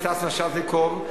סטס מיסז'ניקוב,